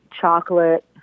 chocolate